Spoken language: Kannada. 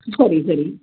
ಸರಿ ಸರಿ